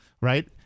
Right